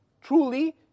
truly